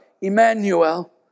Emmanuel